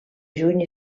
juny